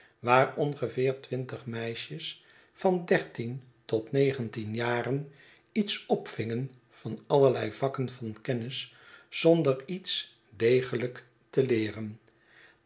waar ongeveer twintig meisjes van dertien tot negentien jaren iets opvingen van allerlei vakken van kennis zonder iets degelijk te leeren